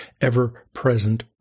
ever-present